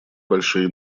большие